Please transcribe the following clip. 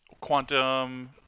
Quantum